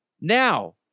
Now